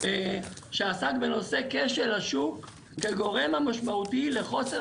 שעסק בנושא כשל השוק כגורם המשמעותי לחוסר